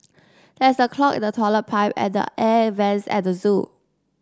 there is a clog in the toilet pipe and the air vents at the zoo